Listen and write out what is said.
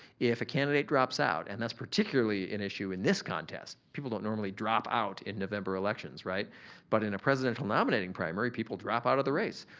if a candidate drops out and that's particularly an issue in this contest, people don't normally drop out in november elections right but in a presidential nominating primary, people drop out of the race.